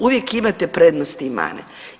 Uvijek imate prednosti i mane.